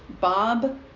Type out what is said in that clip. Bob